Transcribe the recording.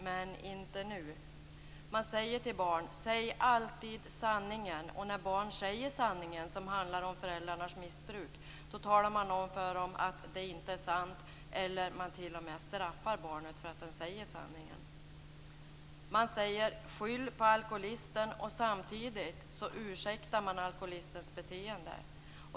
Men inte nu." Man säger till barn: "Säg alltid sanningen". När barn säger sanningen, som handlar om föräldrarnas missbruk, talar man om för dem att det inte är sant eller straffar dem t.o.m. för att de säger sanningen. Man säger "Skyll på alkoholisten" och ursäktar samtidigt alkoholistens beteende.